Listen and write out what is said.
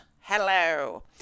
Hello